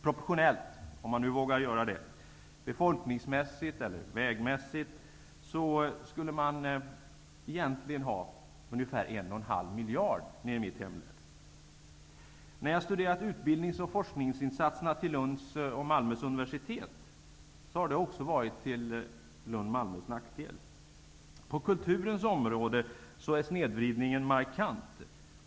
Proportionellt, om man vågar göra det, befolkningsmässigt eller vägmässigt skulle man egentligen ha ungefär en och en halv miljard i mitt hemlän. När jag studerat utbildnings och forskningsinsatserna för Lunds och Malmös universitet har det också varit till Lunds och Malmös nackdel. På kulturens område är snedvridningen markant.